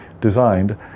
designed